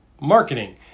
marketing